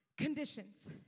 Conditions